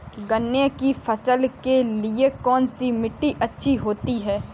गन्ने की फसल के लिए कौनसी मिट्टी अच्छी होती है?